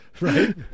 right